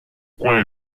coin